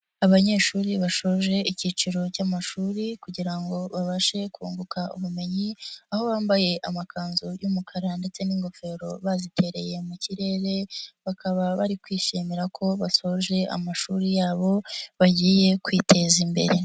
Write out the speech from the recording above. Abanyeshuri bashoje ikiciro cy'amashuri kugira ngo babashe kunguka ubumenyi aho bambaye amakanzu y'umukara ndetse n'ingofero bazitereye mu kirere, bakaba bari kwishimira ko basoje amashuri yabo bagiye kwiteza imbere.